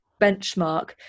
benchmark